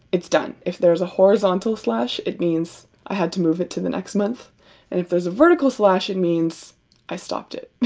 it's done if there's a horizontal slash it means i had to move it to the next month and if there's a vertical slash it means i stopped it